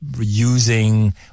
using